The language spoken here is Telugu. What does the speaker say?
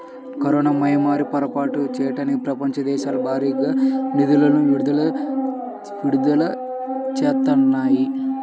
కరోనా మహమ్మారిపై పోరాటం చెయ్యడానికి ప్రపంచ దేశాలు భారీగా నిధులను విడుదల చేత్తన్నాయి